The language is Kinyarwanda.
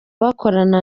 bakorana